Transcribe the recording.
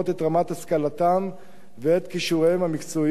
רמת השכלתם ואת כישוריהם המקצועיים,